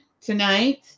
tonight